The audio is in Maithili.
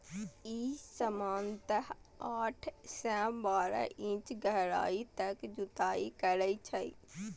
ई सामान्यतः आठ सं बारह इंच गहराइ तक जुताइ करै छै